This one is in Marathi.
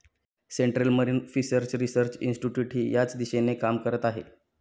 सेंट्रल मरीन फिशर्स रिसर्च इन्स्टिट्यूटही याच दिशेने काम करत आहे